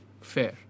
Fair